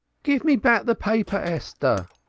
give me back the paper, esther,